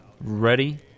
ready